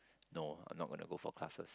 no I'm not gonna go for classes